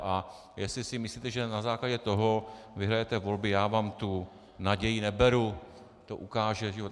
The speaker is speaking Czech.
A jestli si myslíte, že na základě toho vyhrajete volby, já vám tu naději neberu, to ukáže život.